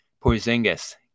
Porzingis